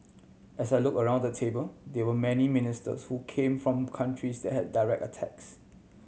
as I look around the table there were many ministers who came from countries that had direct attacks